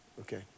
Okay